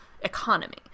economy